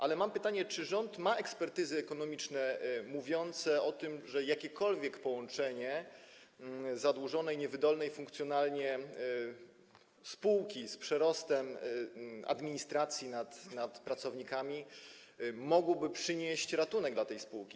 Ale mam pytanie: Czy rząd ma ekspertyzy ekonomiczne mówiące o tym, czy jakiekolwiek połączenie zadłużonej i niewydolnej funkcjonalnie spółki, z przerostem administracji w stosunku do liczby pracowników, mogłoby przynieść ratunek tej spółce?